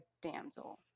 damsel